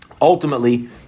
Ultimately